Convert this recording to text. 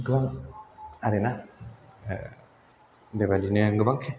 गोबां आरो ना बेबादिनो गोबां